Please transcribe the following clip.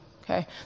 okay